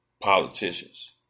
politicians